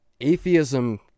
atheism